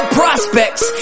prospects